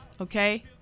okay